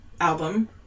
album